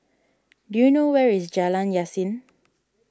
do you know where is Jalan Yasin